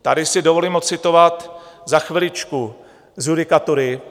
Tady si dovolím odcitovat za chviličku z judikatury.